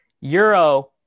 Euro